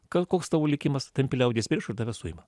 ką koks tavo likimas tampi liaudies priešu ir tave suima